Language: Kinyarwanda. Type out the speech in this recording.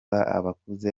abakuze